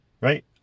right